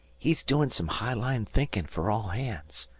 he's doin' some high-line thinkin' fer all hands.